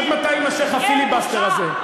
עד מתי יימשך הפיליבסטר הזה?